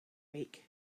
week